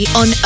on